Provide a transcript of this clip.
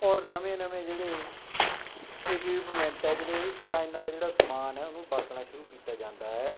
ਔਰ ਨਵੇਂ ਨਵੇਂ ਜਿਹੜੇ ਇਕਉਪਮੈਂਟ ਹੈ ਜਿਹੜੇ ਚਾਈਨਾ ਦਾ ਜਿਹੜਾ ਸਮਾਨ ਹੈ ਉਹਨੂੰ ਵਰਤਣਾ ਸ਼ੁਰੂ ਕੀਤਾ ਜਾਂਦਾ ਹੈ